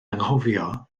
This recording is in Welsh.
anghofio